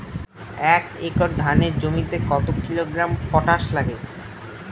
এক একর ধানের জমিতে কত কিলোগ্রাম পটাশ লাগে?